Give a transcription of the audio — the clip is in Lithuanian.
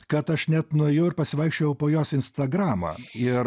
kad aš net nuėjau ir pasivaikščiojau po jos instagramą ir